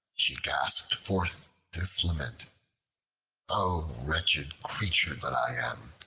she gasped forth this lament o wretched creature that i am!